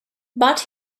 but